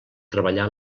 treballar